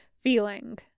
feeling